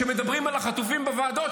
שמדברים על החטופים בוועדות,